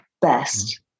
best